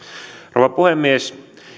rouva puhemies